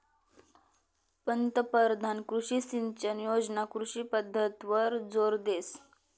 पंतपरधान कृषी सिंचन योजना कृषी पद्धतवर जोर देस